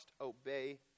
obey